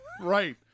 Right